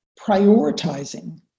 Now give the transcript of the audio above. prioritizing